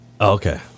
Okay